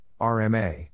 RMA